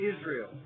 Israel